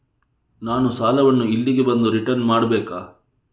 ನಾನು ಸಾಲವನ್ನು ಇಲ್ಲಿಗೆ ಬಂದು ರಿಟರ್ನ್ ಮಾಡ್ಬೇಕಾ?